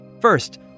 First